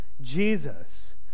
Jesus